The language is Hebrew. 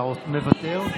אתה מוותר?